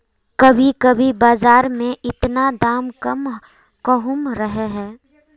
कभी कभी बाजार में इतना दाम कम कहुम रहे है?